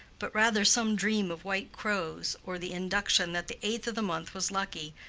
but rather some dream of white crows, or the induction that the eighth of the month was lucky,